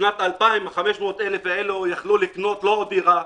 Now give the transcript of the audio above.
בשנת 2000 ה-500,000 שקל האלה יכלו לקנות לא רק דירה,